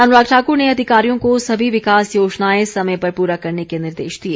अनुराग ठाक्र ने अधिकारियों को सभी विकास योजनाएं समय पर पूरा करने के निर्देश दिए